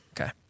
Okay